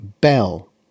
Bell